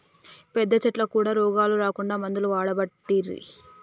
పెద్ద చెట్లకు కూడా రోగాలు రాకుండా మందులు వాడబట్టిరి